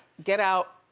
get out,